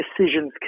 decisions